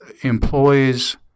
employees